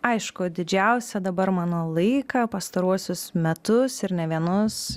aišku didžiausią dabar mano laiką pastaruosius metus ir nė vienus